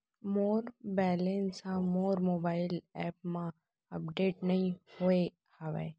मोर balance हा मोर mobile app मा अपडेट नहीं होय हवे